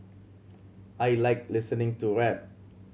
I like listening to rap